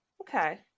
okay